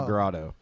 Grotto